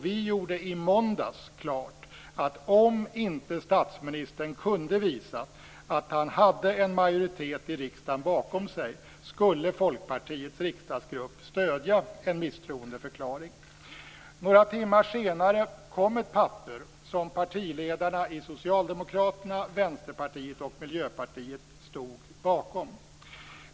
Vi gjorde i måndags klart att om inte statsministern kunde visa att han hade en majoritet i riksdagen bakom sig skulle Folkpartiets riksdagsgrupp stödja en misstroendeförklaring. Några timmar senare kom ett papper som partiledarna i Socialdemokraterna, Vänsterpartiet och Miljöpartiet stod bakom.